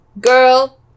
Girl